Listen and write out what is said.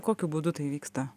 kokiu būdu tai vyksta